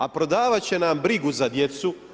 A prodavat će nam brigu za djecu.